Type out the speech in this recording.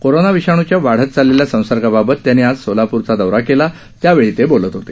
corona विषाणूच्या वाढत चालेल्या संसर्गाबाबत त्यांनी आज सोलाप्र दौरा केला त्यावेळी ते बोलत होते